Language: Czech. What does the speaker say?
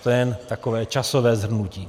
To jen takové časové shrnutí.